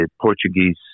Portuguese